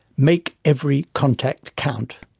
make every contact count.